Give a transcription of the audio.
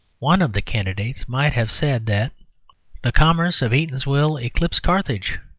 one of the candidates might have said that the commerce of eatanswill eclipsed carthage,